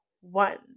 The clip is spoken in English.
one